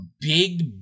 big